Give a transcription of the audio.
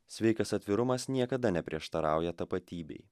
sveikas atvirumas niekada neprieštarauja tapatybei